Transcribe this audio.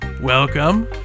Welcome